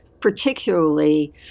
Particularly